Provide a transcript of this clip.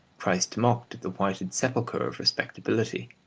christ mocked at the whited sepulchre of respectability,